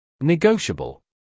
Negotiable